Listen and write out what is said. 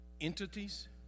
entities